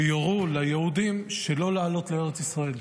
שיורו ליהודים שלא לעלות לארץ ישראל.